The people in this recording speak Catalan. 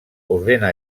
ordena